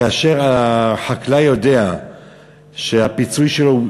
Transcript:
כאשר החקלאי יודע שהפיצוי שלו הוא